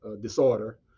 disorder